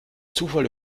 zufall